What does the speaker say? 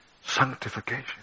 sanctification